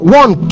one